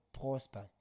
prosper